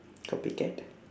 copycat